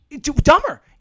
Dumber